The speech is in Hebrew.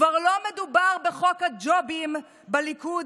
כבר לא מדובר בחוק הג'ובים בליכוד